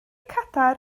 cadair